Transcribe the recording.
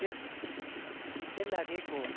त्यस तेल लागेको